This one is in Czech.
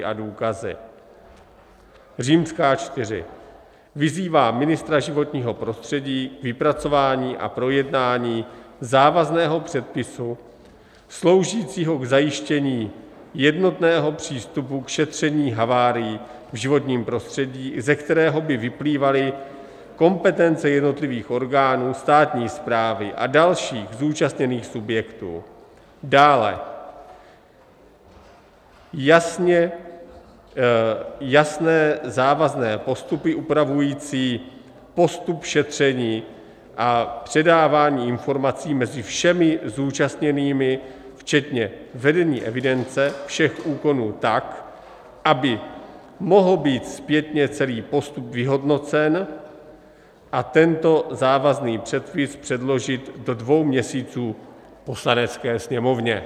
IV. vyzývá ministra životního prostředí k vypracování a projednání závazného předpisu sloužícího k zajištění jednotného přístupu k šetření havárií v životním prostředí, ze kterého by vyplývaly kompetence jednotlivých orgánů státní správy a dalších zúčastněných subjektů, dále jasné závazné postupy upravující postup šetření a předávání informací mezi všemi zúčastněnými včetně vedení evidence všech úkonů tak, aby mohl být zpětně celý postup vyhodnocen, a tento závazný předpis předložit do dvou měsíců Poslanecké sněmovně.